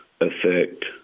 effect